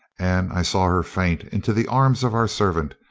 and i saw her faint into the arms of our servant,